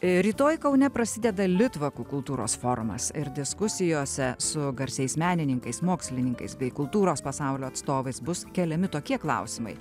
rytoj kaune prasideda litvakų kultūros forumas ir diskusijose su garsiais menininkais mokslininkais bei kultūros pasaulio atstovais bus keliami tokie klausimai